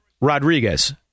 Rodriguez